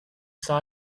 saw